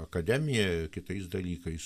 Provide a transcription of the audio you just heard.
akademija ir kitais dalykais